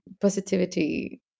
positivity